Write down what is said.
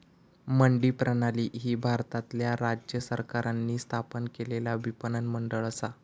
मंडी प्रणाली ही भारतातल्या राज्य सरकारांनी स्थापन केलेला विपणन मंडळ असा